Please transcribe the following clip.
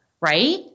right